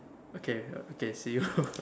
okay okay see you